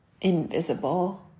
invisible